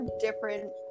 different